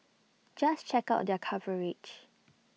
just check out their coverage